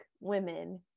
women